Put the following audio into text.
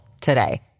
today